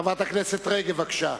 חברת הכנסת רגב, בבקשה.